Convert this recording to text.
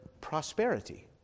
prosperity